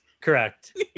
Correct